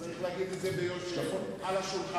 צריך להגיד את זה ביושר, על השולחן.